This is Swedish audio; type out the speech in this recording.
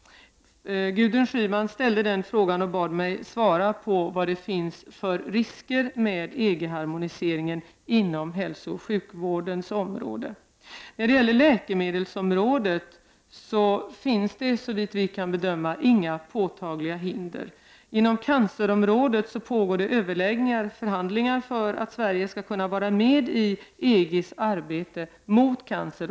Gudrun Schyman ställde frågan och bad mig svara på vad det finns för risker med EG-harmoniseringen inom hälsooch sjukvårdens område. På läkemedelsområdet finns det, såvitt vi kan bedöma, inga påtagliga hinder. Inom cancerområdet pågår förhandlingar för att Sverige skall kunna vara med i EG:s arbete mot cancer.